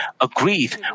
agreed